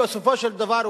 בסופו של דבר,